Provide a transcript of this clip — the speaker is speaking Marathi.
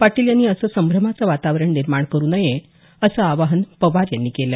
पाटील यांनी असं संभ्रमाचं वातावरण निर्माण करू नये असं आवाहन पवार यांनी केलं